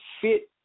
fit